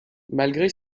malgré